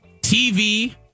TV